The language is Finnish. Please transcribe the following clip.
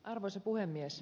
arvoisa puhemies